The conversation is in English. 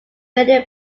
radio